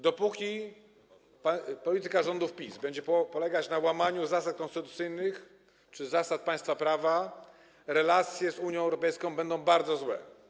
Dopóki polityka rządów PiS będzie polegać na łamaniu zasad konstytucyjnych czy zasad państwa prawa, relacje z Unią Europejską będą bardzo złe.